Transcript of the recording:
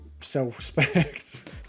self-respect